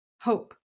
hope